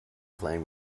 playing